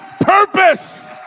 purpose